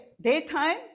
daytime